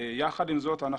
יחד עם זאת,